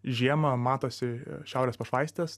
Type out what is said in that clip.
žiemą matosi šiaurės pašvaistės